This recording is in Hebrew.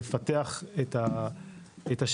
לפתח את השטח,